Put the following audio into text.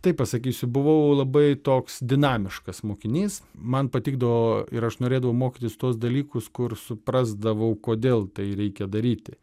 tai pasakysiu buvau labai toks dinamiškas mokinys man patikdavo ir aš norėdavau mokytis tuos dalykus kur suprasdavau kodėl tai reikia daryti